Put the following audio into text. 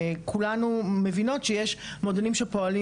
כולנו מבינות שיש מועדונים שפועלים